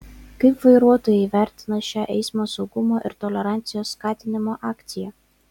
kaip vairuotojai vertina šią eismo saugumo ir tolerancijos skatinimo akciją